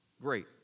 Great